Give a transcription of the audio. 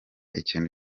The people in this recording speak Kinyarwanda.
ikintu